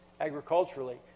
agriculturally